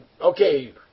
okay